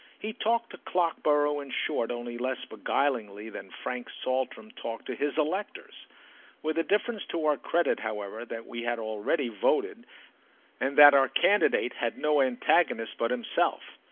he talked to clockborough in short only less beguilingly than frank saltram talked to his electors with the difference to our credit, however, that we had already voted and that our candidate had no antagonist but himself.